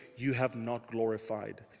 you have not glorified.